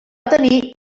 tenir